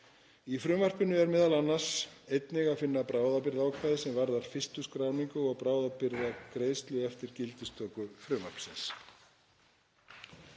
Í frumvarpinu er m.a. einnig að finna bráðabirgðaákvæði sem varða fyrstu skráningu og bráðabirgðagreiðslu eftir gildistöku frumvarpsins.